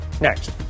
next